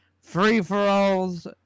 free-for-alls